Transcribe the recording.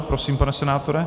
Prosím, pane senátore.